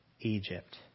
Egypt